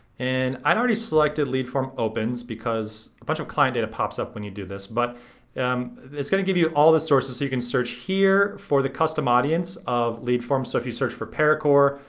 and i'd already selected lead form opens because a bunch of client data pops up when you do this. but it's gonna give you all the sources so you can search here for the custom audience of lead forms. so if you search for paracore,